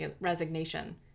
resignation